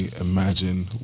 imagine